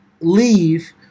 leave